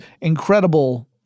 incredible